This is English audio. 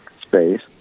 space